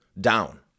down